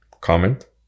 Comment